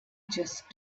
just